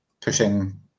pushing